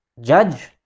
judge